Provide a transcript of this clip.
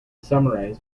summarize